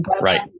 Right